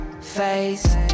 face